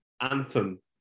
anthem